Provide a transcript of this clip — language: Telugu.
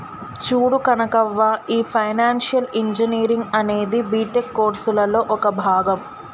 చూడు కనకవ్వ, ఈ ఫైనాన్షియల్ ఇంజనీరింగ్ అనేది బీటెక్ కోర్సులలో ఒక భాగం